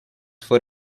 for